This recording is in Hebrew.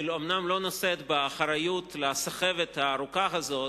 היא אומנם לא נושאת באחריות לסחבת הארוכה הזו,